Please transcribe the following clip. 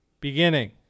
beginning